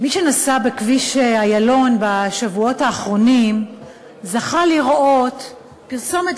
מי שנסע בכביש איילון בשבועות האחרונים זכה לראות פרסומת